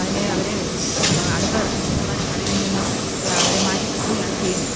അതിന് അവർ അടുത്ത മൂന്ന് നാല് കളികളിൽ നിന്നും അവരെ മാറ്റി നിർത്തുകയാണ് ചെയ്യുന്നത്